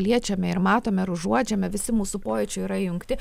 liečiame ir matome ir užuodžiame visi mūsų pojūčiai yra įjungti